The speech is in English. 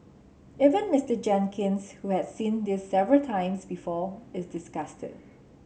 even Mister Jenkins who has seen this several times before is disgusted